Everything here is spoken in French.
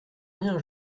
rien